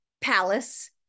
palace